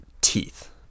teeth